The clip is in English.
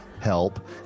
help